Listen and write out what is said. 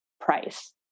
price